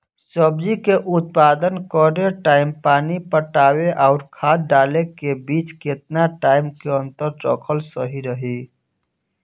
सब्जी के उत्पादन करे टाइम पानी पटावे आउर खाद डाले के बीच केतना टाइम के अंतर रखल सही रही?